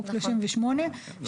חוק 38,